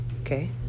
okay